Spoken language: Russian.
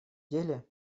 деле